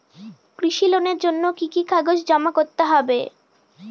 কৃষি লোনের জন্য কি কি কাগজ জমা করতে হবে?